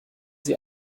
sie